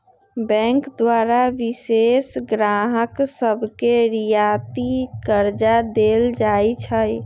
bank द्वारा विशेष गाहक सभके रियायती करजा देल जाइ छइ